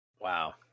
Wow